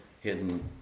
hidden